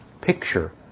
picture